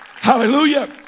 Hallelujah